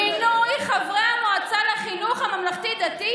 מינוי חברי המועצה לחינוך הממלכתי-דתי,